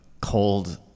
cold